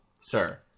sir